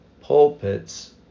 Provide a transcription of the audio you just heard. pulpits